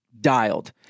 dialed